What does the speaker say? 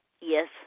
Yes